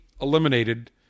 eliminated